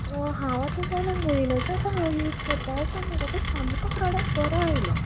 हांव आतां जालो आतां म्हयनो जालो यूज करता म्हाका तो सामको प्रोडक्ट बरो आयलो